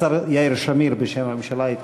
השר יאיר שמיר יתייחס בשם הממשלה.